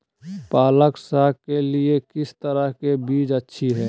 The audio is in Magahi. पालक साग के लिए किस तरह के बीज अच्छी है?